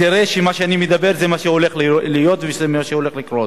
תראה שמה שאני אומר זה מה שהולך להיות וזה מה שהולך לקרות.